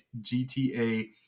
GTA